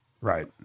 right